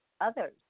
others